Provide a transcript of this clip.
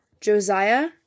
Josiah